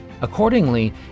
Accordingly